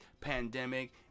pandemic